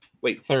Wait